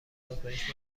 آزمایش